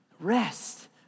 Rest